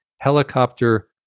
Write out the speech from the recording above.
helicopter